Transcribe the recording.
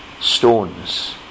stones